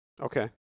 Okay